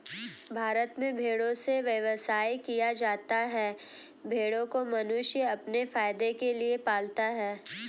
भारत में भेड़ों से व्यवसाय किया जाता है भेड़ों को मनुष्य अपने फायदे के लिए पालता है